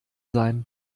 sein